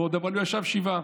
אבל הוא ישב שבעה,